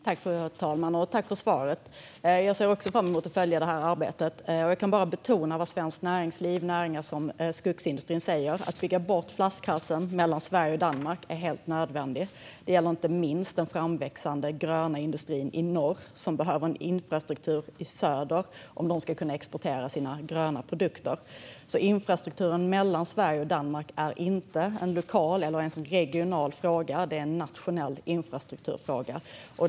Fru talman! Jag tackar för svaret, och jag ser också fram emot att följa detta arbete. Jag kan bara betona vad svenskt näringsliv - näringar som skogsindustrin - säger: Att bygga bort flaskhalsen mellan Sverige och Danmark är helt nödvändigt. Det gäller inte minst den framväxande gröna industrin i norr, som behöver en infrastruktur i söder om den ska kunna exportera sina gröna produkter. Infrastrukturen mellan Sverige och Danmark är alltså inte en lokal eller ens en regional fråga, utan det är en nationell infrastrukturfråga.